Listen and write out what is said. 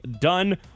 done